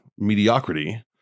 mediocrity